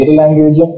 language